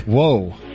Whoa